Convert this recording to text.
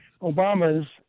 Obama's